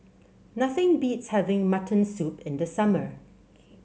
nothing beats having Mutton Soup in the summer